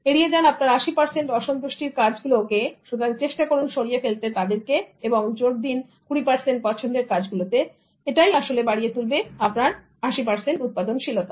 এড়িয়ে যান আপনার 80 পার্সেন্ট অসন্তুষ্টির কাজগুলোকে সুতরাং চেষ্টা করুন সরিয়ে ফেলতে তাদেরকে এবং এরপর জোর দিন 20 পার্সেন্ট পছন্দের কাজগুলোতে আসলেই বাড়িয়ে তুলবে আপনার 80 পার্সেন্ট উৎপাদনশীলতা